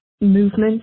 movement